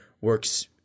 works